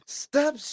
stop